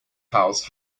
house